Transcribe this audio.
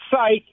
Psych